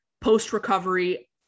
post-recovery